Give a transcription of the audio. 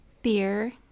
beer